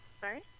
Sorry